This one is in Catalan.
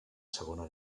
segona